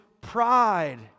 pride